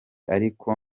ariko